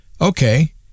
okay